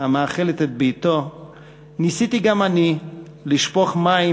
המאכלת את ביתו ניסיתי גם אני לשפוך מים